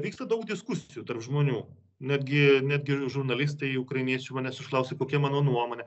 vyksta daug diskusijų tarp žmonių nagi negi žurnalistai ukrainiečių manęs užklausė kokia mano nuomonė